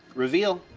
reveal.